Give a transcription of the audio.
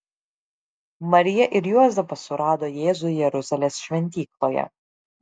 marija ir juozapas surado jėzų jeruzalės šventykloje